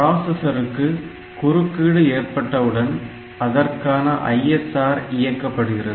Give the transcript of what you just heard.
பிராசஸர்க்கு குறுக்கீடு ஏற்பட்டவுடன் அதற்கான ISR இயக்கப்படுகிறது